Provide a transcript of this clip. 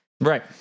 Right